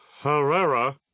Herrera